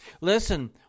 Listen